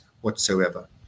whatsoever